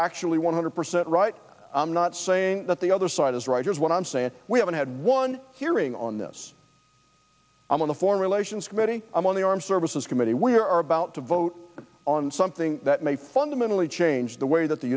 actually one hundred percent right i'm not saying that the other side is right here's what i'm saying we haven't had one on this i'm on the foreign relations committee on the armed services committee we are about to vote on something that may fundamentally change the way that the